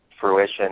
fruition